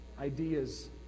Ideas